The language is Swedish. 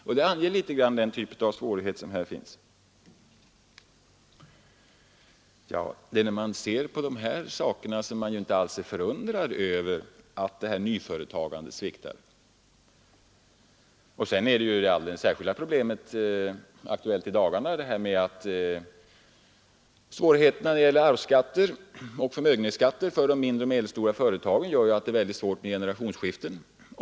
Detta anger något av de svårigheter som finns i branschen. När man ser dessa saker, blir man inte förundrad över att nyföretagandet sviktar. Och sedan har vi det särskilda problem som har blivit aktuellt i dagarna och som uppstår när arvsskatter och förmögenhetsskatter för de mindre och medelstora företagen gör att det blir svårt med generationsskiften.